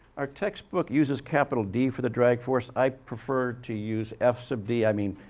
our textbook uses capital d for the drag force i prefer to use f sub d, i mean,